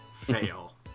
fail